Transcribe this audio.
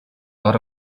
lot